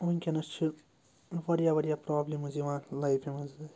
وٕنۍکٮ۪نَس چھِ واریاہ واریاہ پرٛابلِمٕز یِوان لایفہِ منٛزٕ